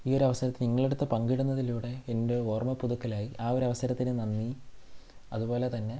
ഈ ഒരവസരത്തിൽ നിങ്ങളെടുത്ത് പങ്കെടുന്നതിലൂടെ എൻ്റെ ഓർമ്മ പുതുക്കലായി ആ ഒരവസരത്തിന് നന്ദി അതുപോലെ തന്നെ